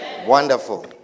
Wonderful